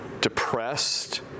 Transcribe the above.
depressed